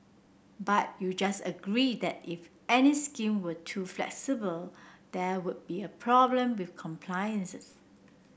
but you just agreed that if any scheme were too flexible there would be a problem with compliances